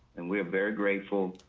and we're very grateful.